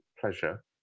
pleasure